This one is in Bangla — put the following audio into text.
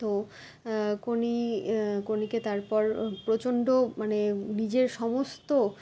তো কোনি কোনিকে তারপর প্রচণ্ড মানে নিজের সমস্ত